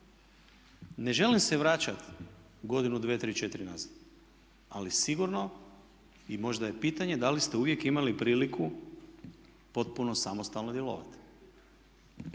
Ne želim se vraćati godinu, dvije, tri, četiri nazad ali sigurno i možda je pitanje da li ste uvijek imali priliku potpuno samostalno djelovati.